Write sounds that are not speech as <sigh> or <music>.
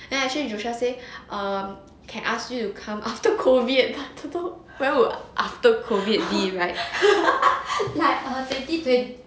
then actually joshua say um can ask you to come after COVID <laughs> well would after COVID be right like